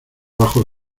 bajo